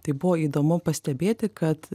tai buvo įdomu pastebėti kad